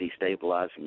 destabilizing